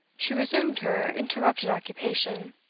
she resumed her interrupted occupation.